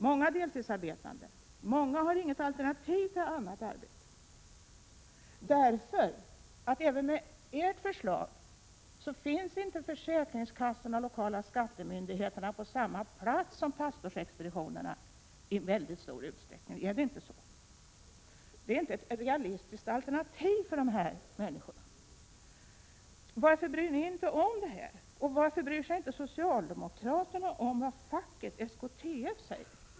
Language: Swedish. Många är deltidsarbetande, och många har inget alternativ till arbete. Och med ert förslag kan man konstatera att försäkringskassor och lokala skattemyndigheter inte finns på samma platser som pastorsexpeditionerna. Det gäller i stor utsträckning, eller hur? Det finns inte något realistiskt alternativ för dessa människor. Varför bryr ni er inte om detta, och varför bryr sig inte socialdemokraterna om vad facket, SKTF, säger?